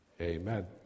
Amen